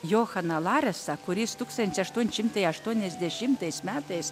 johaną laresą kuris tūkstantis aštuoni šimtai aštuoniasdešimtais metais